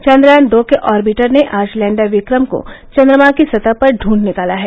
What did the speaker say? चन्द्रयान दो के आर्बिटर ने आज लैन्डर विक्रम को चन्द्रमा की सतह पर द्वंढ निकाला है